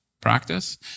practice